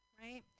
right